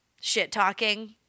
shit-talking